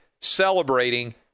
celebrating